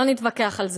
לא נתווכח על זה.